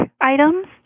items